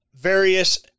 various